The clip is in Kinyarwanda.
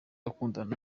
akundana